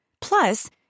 Plus